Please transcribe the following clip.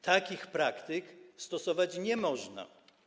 Takich praktyk stosować nie można.